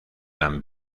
tan